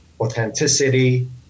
authenticity